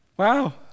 Wow